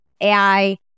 AI